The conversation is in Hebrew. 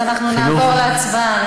אז אנחנו נעבור להצבעה.